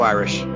Irish